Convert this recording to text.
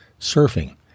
surfing